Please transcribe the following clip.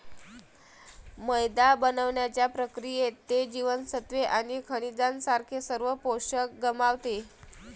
मैदा बनवण्याच्या प्रक्रियेत, ते जीवनसत्त्वे आणि खनिजांसारखे सर्व पोषक गमावते